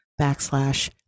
backslash